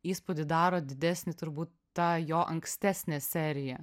įspūdį daro didesnį turbūt ta jo ankstesnė serija